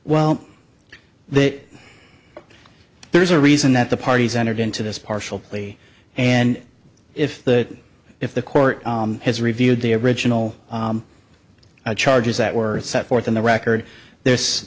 that there is a reason that the parties entered into this partial plea and if that if the court has reviewed the original charges that were set forth in the record there's